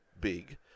big